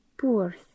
Poor